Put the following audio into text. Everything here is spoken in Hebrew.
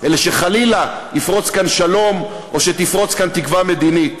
אלא שחלילה יפרוץ כאן שלום או תפרוץ כאן תקווה מדינית.